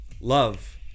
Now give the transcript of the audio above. love